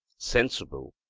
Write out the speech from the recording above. sensible,